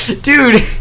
Dude